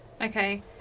Okay